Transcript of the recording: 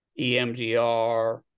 EMDR